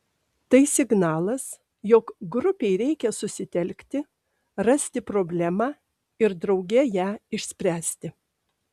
tai signalas jog grupei reikia susitelkti rasti problemą ir drauge ją išspręsti